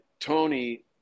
Tony